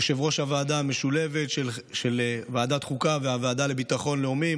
יושב-ראש הוועדה המשולבת של ועדת החוקה והוועדה לביטחון לאומי,